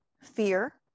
fear